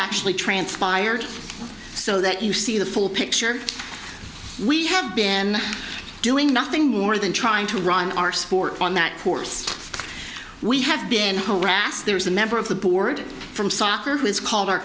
actually transpired so that you see the full picture we have been doing nothing more than trying to run our sport on that course we have been harassed there is a member of the board from soccer who is called our